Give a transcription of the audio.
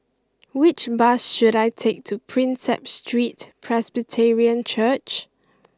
which bus should I take to Prinsep Street Presbyterian Church